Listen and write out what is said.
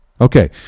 Okay